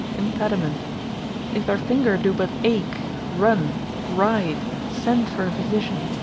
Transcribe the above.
impediment if their finger do but ache, run, ride, send for a physician,